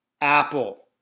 Apple